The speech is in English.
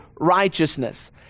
righteousness